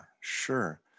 Sure